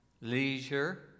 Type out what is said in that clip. leisure